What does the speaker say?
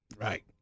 Right